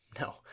No